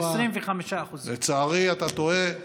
25%. לצערי אתה טועה.